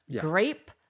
grape